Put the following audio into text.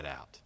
out